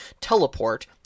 Teleport